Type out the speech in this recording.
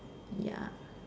ya